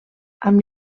amb